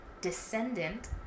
descendant